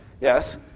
Yes